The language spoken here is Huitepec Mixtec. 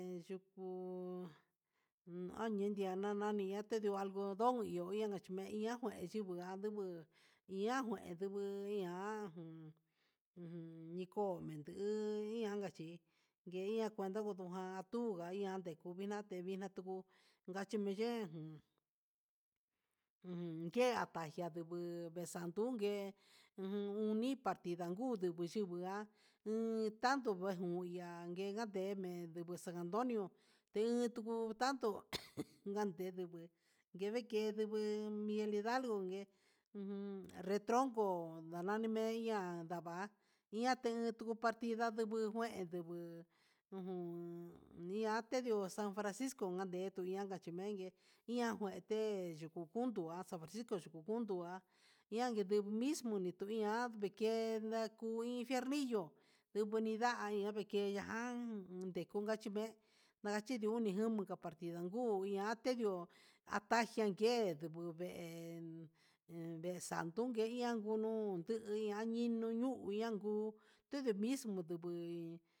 He yuku he nenia nanani iha algodón iho inka chi mi'i iha ngue chinanungu ihan ngue nduju ihajun jun kondiko iha chí nguenia najundu gán tu nga iha nikun vina'a ndevixna kuu ngachiven jun ndia xanda vee xandunngue u uni ndita ni partidan nguu ndungu chindia untanto vejundia uun ya'a nememe, ndigo san antonio ndigu sando jajaja jande ndunguu ngueve kendeme miguel hidalgo nguee ujun nretroko nda'a nanime iha ndava'a, ihan té iho partida ndubu kuen ndubuu ujun nia tendio san francisco iha tudia kachi mengue nga nguete yuku kunduu puntua san francisco yuku jundu há ihs neden mismo ndiku ihan, vikeda ku infierillo ndugu ndaña ndimeke ñajan ndekuka chime'e nakachindio oni jama'a ndo parti nguu iha atedio atajia uun ngue nuu ve'e un un ve'e sanduken iha kondunu ndunuña inuu nu'u tundu mismo ndubui.